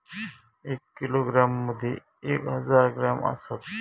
एक किलोग्रॅम मदि एक हजार ग्रॅम असात